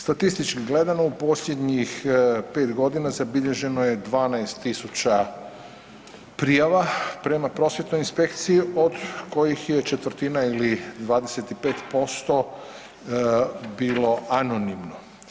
Statistički gledano u posljednjih 5 godina zabilježeno je 12.000 prijava prema prosvjetnoj inspekciji od kojih je četvrtina ili 25% bilo anonimno.